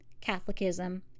Catholicism